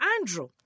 Andrew